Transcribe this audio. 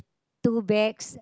two bags